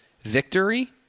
victory